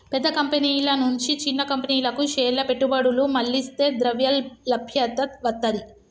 పెద్ద కంపెనీల నుంచి చిన్న కంపెనీలకు షేర్ల పెట్టుబడులు మళ్లిస్తే ద్రవ్యలభ్యత వత్తది